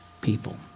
people